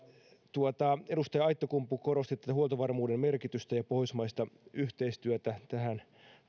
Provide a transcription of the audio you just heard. edustaja aittakumpu korostitte huoltovarmuuden merkitystä ja pohjoismaista yhteistyötä tähän